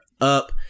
up